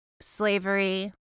slavery